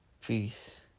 peace